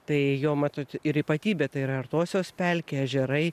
tai jo matot ir ypatybė tai yra artosios pelkė ežerai